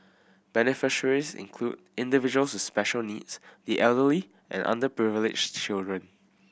beneficiaries included individuals with special needs the elderly and underprivileged children